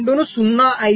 02 ను 0